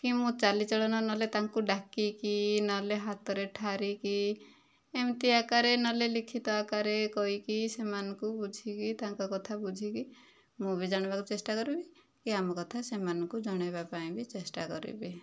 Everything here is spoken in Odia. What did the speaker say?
କି ମୁଁ ଚାଲିଚଲଣ ନହେଲେ ତାଙ୍କୁ ଡାକିକି ନହେଲେ ହାତରେ ଠାରିକି ଏମିତି ଆକାରରେ ନହେଲେ ଲିଖିତ ଆକାରରେ କହିକି ସେମାନଙ୍କୁ ବୁଝିକି ତାଙ୍କ କଥା ବୁଝିକି ମୁଁ ବି ଜାଣିବାକୁ ଚେଷ୍ଟା କରିବି କି ଆମ କଥା ସେମାନଙ୍କୁ ଜଣାଇବା ପାଇଁ ବି ଚେଷ୍ଟା କରିବି